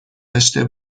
داشته